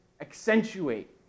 accentuate